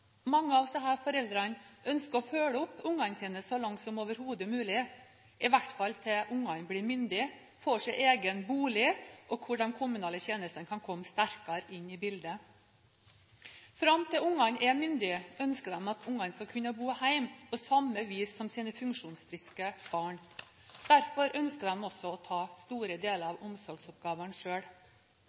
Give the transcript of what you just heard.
Mange av disse foreldrene ønsker å følge opp barna sine så langt som overhodet mulig, i hvert fall til barna blir myndige og får sin egen bolig, hvor de kommunale tjenestene kan komme sterkere inn i bildet. Fram til barna er myndige, ønsker de at barna skal kunne bo hjemme på samme vis som sine funksjonsfriske barn. Derfor ønsker de også å ta store deler av omsorgsoppgavene